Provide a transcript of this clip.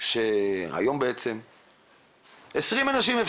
היום בעצם אפשר 20 אנשים.